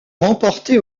remportée